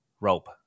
rope